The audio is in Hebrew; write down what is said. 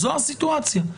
זו הסיטואציה.